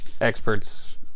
experts